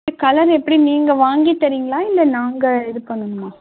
colour எப்படி நீங்கள் வாங்கி தரீங்களா இல்லை நாங்கள் இது பண்ணணுமா